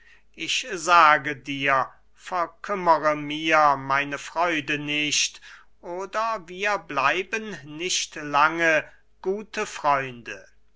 ich sage dir verkümmere mir meine freude nicht oder wir bleiben nicht lange gute freunde